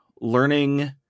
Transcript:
learning